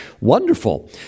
wonderful